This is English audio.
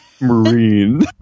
marine